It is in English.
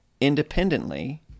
independently